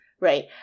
Right